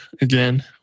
again